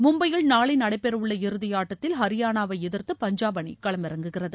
மும்பையில் நாளை நடைபெறவுள்ள இறுதியாட்டத்தில் ஹரியானாவை எதிர்த்து பஞ்சாப் அணி களமிறங்குகிறது